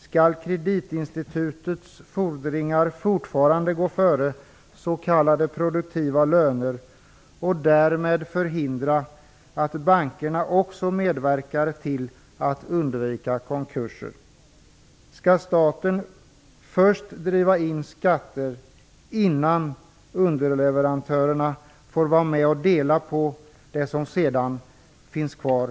Skall kreditinstitutets fordringar fortfarande gå före s.k. produktiva löner och därmed förhindra att bankerna också medverkar till att undvika konkurser? Skall staten först driva in skatter, innan underleverantörerna får vara med och dela på det som sedan finns kvar?